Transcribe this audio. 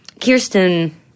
Kirsten